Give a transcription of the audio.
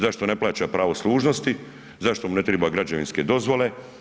Zašto ne plaća pravo služnosti, zašto mu ne triba građevinske dozvole?